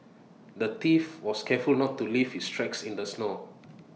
the thief was careful not to leave his tracks in the snow